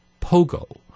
Pogo